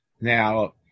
Now